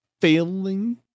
failing